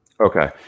Okay